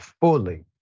fully